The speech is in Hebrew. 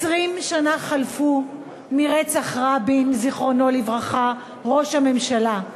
20 שנה חלפו מרצח רבין, ראש הממשלה,